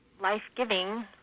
life-giving